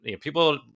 People